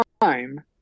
time